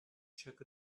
czech